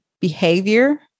behavior